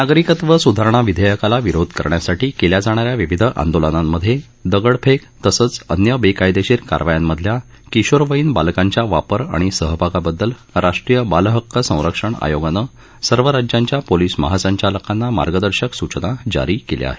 नागरिकत्व सुधारणा विधेयकाला विरोध करण्यासाठी केल्या जाणा या विविध आंदोलनात दगडफेक तसंच अन्न्य बेकायदेशीर कारवायांमधल्या किशोरवयीन बालकांच्या वापर आणि सहभागांबददल राष्ट्रीय बालहक्क संरक्षण आयोगानं सर्व राज्यांच्या पोलिस महासंचालकाना मार्गदर्शक सूचना जारी केल्या आहेत